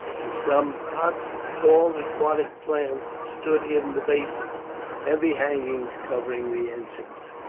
and some pots of tall aquatic plants stood in the basin heavy hangings covered the entrance.